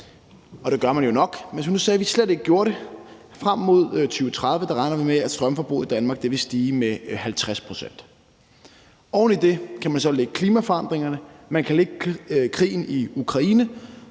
vi nu sagde, at vi slet ikke gjorde det – regner vi med, at strømforbruget i Danmark frem mod 2030 vil stige med 50 pct.Oven i det kan man så lægge klimaforandringerne, man kan lægge krigen i Ukraine,